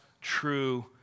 true